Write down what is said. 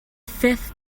fifth